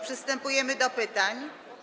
Przystępujemy do pytań.